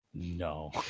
No